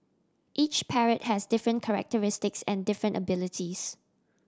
each parrot has different characteristics and different abilities